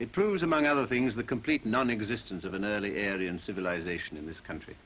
it proves among other things the complete non existence of an early area and civilization in this country